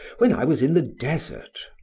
when i was in the desert!